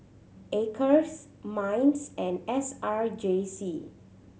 Acres MINDS and S R J C